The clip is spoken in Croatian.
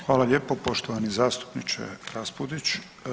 Hvala lijepo, poštovani zastupniče Raspudić.